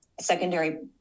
secondary